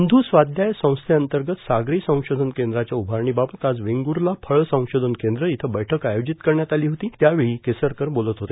सिंध स्वाध्याय संस्थैअंतर्गत सागरी संशोधन केंद्राच्या उभारणीबाबत आज वेंगूर्ला फळ संशोधन केंद्र इथं बैठक आयोजित करण्यात आली होती त्यावेळी केसरकर बोलत होते